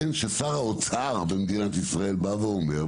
ששר האוצר במדינת ישראל אומר,